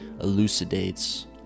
elucidates